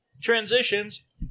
transitions